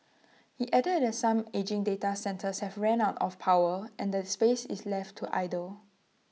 he added that some ageing data centres have ran out of power and the space is left to idle